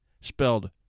spelled